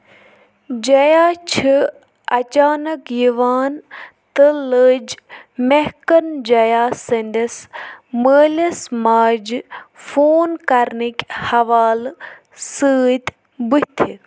جَیا چھِ اچانک یِوان تہٕ لٔج مہکَن جَیا سٕنٛدِس مٲلِس ماجہِ فون کرنٕکۍ حوالہٕ سۭتۍ بٕتھِ